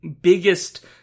biggest